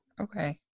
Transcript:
okay